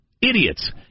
idiots